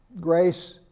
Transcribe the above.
Grace